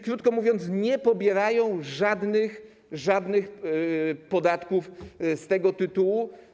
Krótko mówiąc, nie pobierają żadnych podatków z tego tytułu.